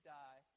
die